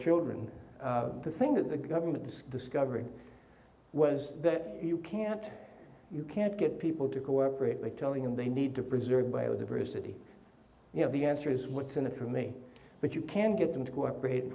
children the thing that the government the discovery was that you can't you can't get people to cooperate by telling them they need to preserve biodiversity you know the answer is what's in it for me but you can get them to cooperate